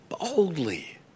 boldly